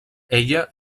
ella